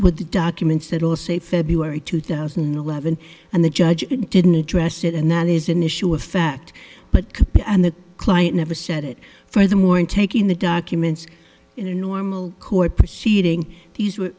with the documents that all say february two thousand and eleven and the judge didn't address it and that is an issue of fact but and the client never said it for them or in taking the documents in a normal court proceeding these were